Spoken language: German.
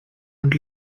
und